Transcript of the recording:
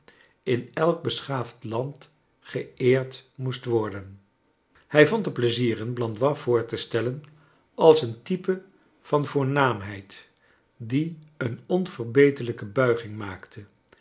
in elk beschaafd land geeerd moest worden hij vond er plezier in blandois voor te stellen als een type van voornaamheid die een onverbeterlijke bulging maakte